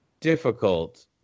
difficult